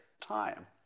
time